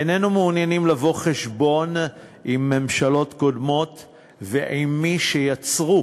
איננו מעוניינים לבוא חשבון עם ממשלות קודמות ועם מי שיצרו